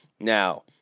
Now